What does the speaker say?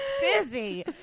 busy